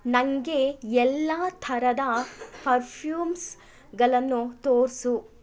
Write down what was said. ನನಗೆ ಎಲ್ಲ ಥರದ ಪರ್ಫ್ಯೂಮ್ಸ್ಗಳನ್ನು ತೋರಿಸು